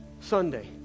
Sunday